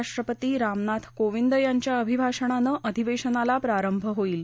राष्ट्रपती रामनाथ कोविंद यांच्या अभिभाषणानं अधिवेशनाला प्रारंभ होईल